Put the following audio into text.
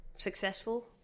Successful